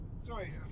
Sorry